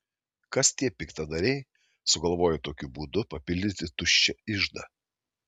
kas tie piktadariai sugalvoję tokiu būdu papildyti tuščią iždą